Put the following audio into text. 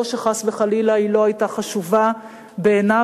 לא שחס וחלילה היא לא היתה חשובה בעיניו,